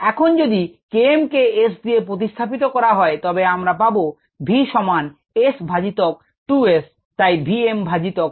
এখন যদি K m কে S দিয়ে প্রতিস্থাপিত করা হয় তবে আমরা পাব v সমান S বাই 2 S তাই vm বাই 2